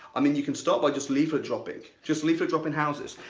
i mean you can start by just leaflet dropping, just leaflet dropping houses.